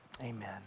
Amen